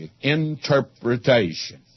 interpretation